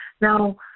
Now